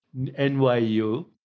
NYU